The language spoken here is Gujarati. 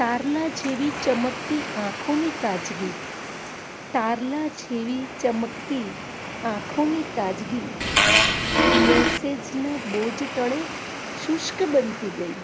તારલા જેવી ચમકતી આંખોની તાજગી તારલા જેવી ચમકતી આંખોની તાજગી મેસેજના બોજ તળે શુષ્ક બનતી ગઈ